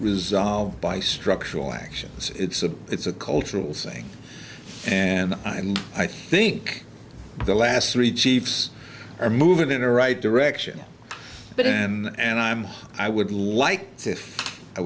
resolve by structural actions it's a it's a cultural thing and and i think the last three chiefs are moving in a right direction but and i'm i would like to i